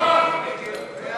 מי נגד?